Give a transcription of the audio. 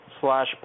slash